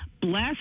Bless